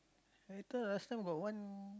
I thought last time got one